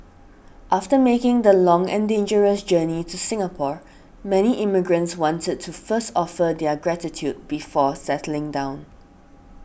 after making the long and dangerous journey to Singapore many immigrants wanted to first offer their gratitude before settling down